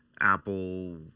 Apple